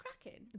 cracking